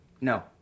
No